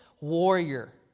warrior